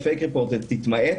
ב"פייק ריפורטר" תפחת,